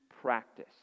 practice